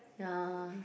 ya